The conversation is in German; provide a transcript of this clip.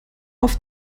auf